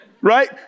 Right